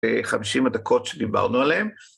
בחמישים הדקות שדיברנו עליהם.